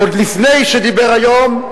עוד לפני שדיבר היום,